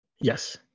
Yes